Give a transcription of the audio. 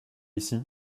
ici